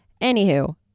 Anywho